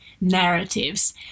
narratives